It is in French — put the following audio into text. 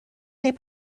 les